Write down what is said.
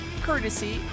courtesy